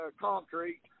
Concrete